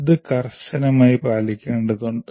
ഇത് കർശനമായി പാലിക്കേണ്ടതുണ്ട്